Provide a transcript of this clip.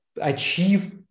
achieve